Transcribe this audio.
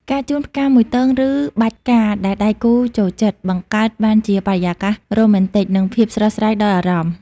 ការជូនផ្កាមួយទង ឬបាច់ផ្កាដែលដៃគូចូលចិត្ត បង្កើតបានជាបរិយាកាសរ៉ូមែនទិក និងភាពស្រស់ស្រាយដល់អារម្មណ៍។